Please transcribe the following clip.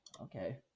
Okay